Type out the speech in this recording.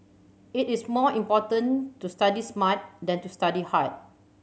it is more important to study smart than to study hard